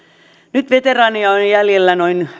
nyt veteraaneja on jäljellä noin